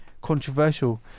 controversial